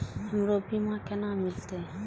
हमरो बीमा केना मिलते?